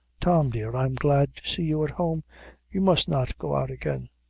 tom, dear, i am glad to see you at home you must not go out again.